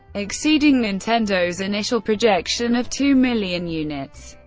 exceeding nintendo's initial projection of two million units,